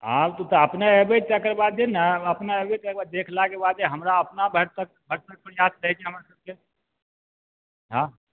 हँ तऽ अपने अयबै तकरबादे ने अपने अयबै तकरबाद देखलाके बादे हमरा अपना भैरसक भरसक प्रयास रहै छै हमरा सबके हँ